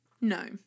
No